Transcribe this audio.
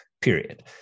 period